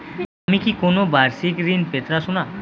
আমি কি কোন বাষিক ঋন পেতরাশুনা?